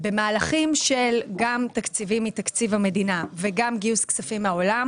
במהלכים גם של תקציבים מתקציב המדינה וגם של גיוס כספים מן העולם